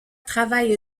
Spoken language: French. travaille